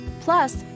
Plus